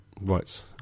Right